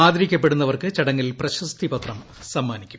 ആദരിക്കപ്പെടുന്നവർക്ക് ചടങ്ങിൽ പ്രശസ്തി പത്രം സമ്മാനിക്കും